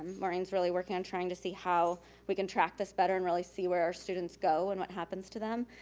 maureen's really working on trying to see how we can track this better and really see where our students go and what happens to them.